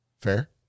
Fair